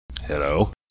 Hello